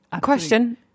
Question